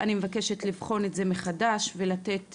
אני מבקשת לבחון את זה מחדש ולתת,